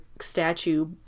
statue